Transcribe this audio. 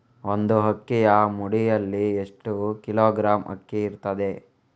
ಒಂದು ಅಕ್ಕಿಯ ಮುಡಿಯಲ್ಲಿ ಎಷ್ಟು ಕಿಲೋಗ್ರಾಂ ಅಕ್ಕಿ ಇರ್ತದೆ?